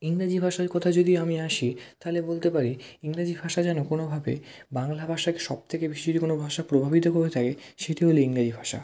ইংরাজি ভাষার কথা যদি আমি আসি তাহলে বলতে পারি ইংরাজি ভাষা যেন কোনোভাবে বাংলা ভাষাকে সব থেকে বেশি যদি কোনো ভাষা প্রভাবিত করে থাকে সেটি হলো ইংরেজি ভাষা